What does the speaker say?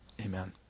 Amen